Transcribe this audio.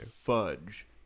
Fudge